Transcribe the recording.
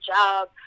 job